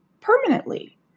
permanently